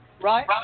Right